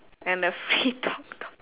and the free talk talk